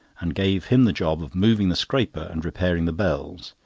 and gave him the job of moving the scraper and repairing the bells,